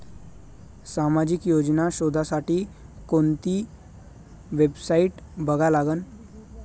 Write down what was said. सामाजिक योजना शोधासाठी कोंती वेबसाईट बघा लागन?